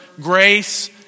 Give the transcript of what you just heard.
grace